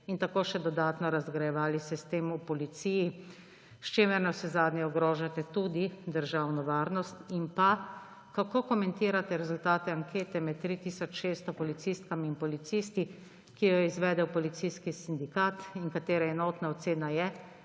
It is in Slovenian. ter tako še dodatno razgrajevali sistem v Policiji, s čimer navsezadnje ogrožate tudi državno varnost? Kako komentirate rezultate ankete med 3 tisoč 600 policistkami in policisti, ki jo je izvedel Policijski sindikat Slovenije in katere enotna ocena je,